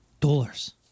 dollars